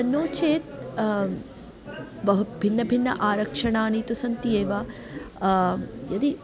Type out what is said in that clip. नो चेत् बहु भिन्नभिन्न आरक्षणानि तु सन्ति एव यदि